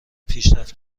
پیشرفت